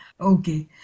Okay